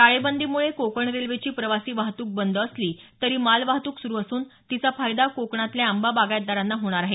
टाळेबंदीमुळे कोकण रेल्वेची प्रवासी वाहतूक बंद असली तरी मालवाहतूक सुरू असून तिचा फायदा कोकणातल्या आंबा बागायतदारांना होणार आहे